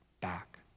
back